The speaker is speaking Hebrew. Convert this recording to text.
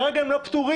כרגע הם לא פטורים.